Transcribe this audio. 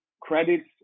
credits